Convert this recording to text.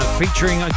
featuring